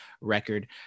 record